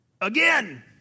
Again